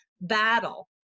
battle